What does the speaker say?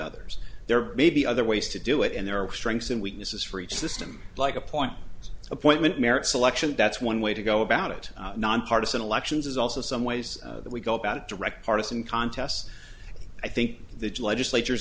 others there may be other ways to do it and there are strengths and weaknesses for each system like a point appointment merit selection that's one way to go about it nonpartisan elections is also some ways we go about direct partisan contests i think the to legislat